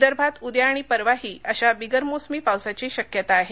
विदर्भात उद्या आणि परवाही अशा बिगरमोसमी पावसाची शक्यता आहे